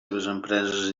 empreses